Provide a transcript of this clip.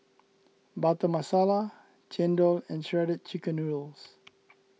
Butter Masala Chendol and Shredded Chicken Noodles